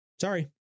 Sorry